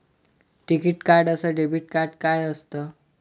टिकीत कार्ड अस debit card काय असत?